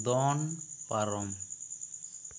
ᱫᱚᱱ ᱯᱟᱨᱚᱢ